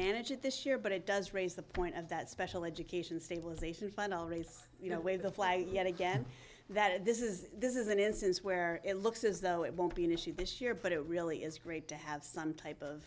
manage it this year but it does raise the point of that special education stabilization final race you know where the why yet again that this is this is an instance where it looks as though it won't be an issue this year but it really is great to have some type of